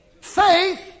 Faith